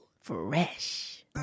Fresh